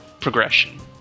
progression